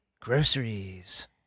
groceries